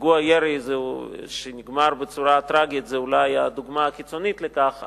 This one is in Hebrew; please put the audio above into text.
פיגוע ירי שנגמר בצורה טרגית הוא אולי הדוגמה הקיצונית לכך,